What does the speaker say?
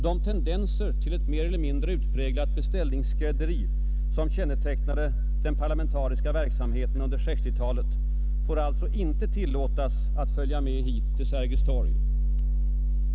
De tendenser till ett mer eller mindre utpräglat beställningsskrädderi, som kännetecknade den parlamentariska verksamheten på 1960-talet, får alltså inte tillåtas följa med hit till Sergels torg.